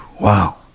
wow